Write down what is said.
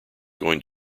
going